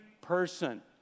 person